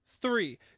Three